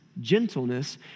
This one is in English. gentleness